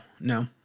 no